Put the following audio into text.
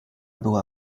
była